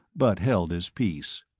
but held his peace.